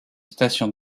station